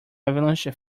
avalanche